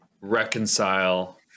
reconcile